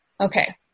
Okay